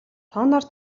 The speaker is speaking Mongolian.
тооноор